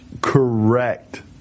Correct